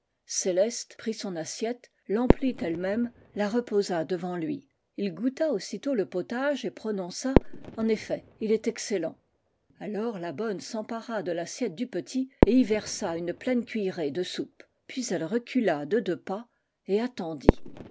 céleste prit son assiette l'emplit ellemême la reposa devant lui il goûta aussitôt le potage et prononça en effet il est excellent alors la bonne s'empara de l'assiette du petit et y versa une pleme cuillerée de soupe puis elle recula de deux pas et attendit